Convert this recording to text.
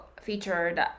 featured